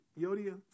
Yodia